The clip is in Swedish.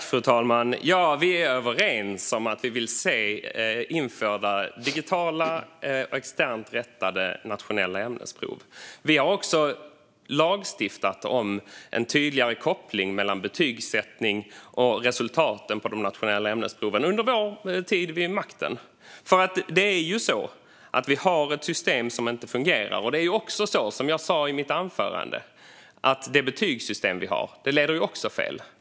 Fru talman! Vi är överens om att vi vill se digitala och externt rättade nationella ämnesprov införda. Vi har också lagstiftat om en tydligare koppling mellan betygsättning och resultaten på de nationella ämnesproven under vår tid vid makten. Det är ju så: Vi har ett system som inte fungerar. Som jag sa i mitt anförande leder det betygssystem vi har fel.